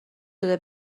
شده